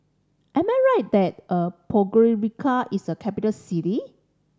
am I right that Podgorica is a capital city